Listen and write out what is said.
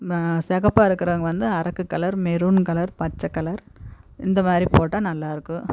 சிகப்பா இருக்கிறவங்க வந்து அரக்கு கலர் மெரூன் கலர் பச்சை கலர் இந்த மாதிரி போட்டால் நல்லாயிருக்கும்